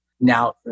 Now